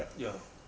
is it